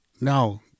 Now